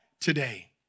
today